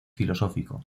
filosófico